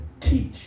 teach